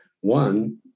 One